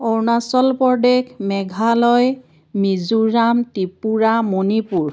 Arunachal Pradesh Meghalaya Mizoram Tripura Manipur